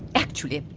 actually,